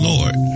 Lord